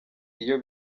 iyo